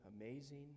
amazing